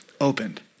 opened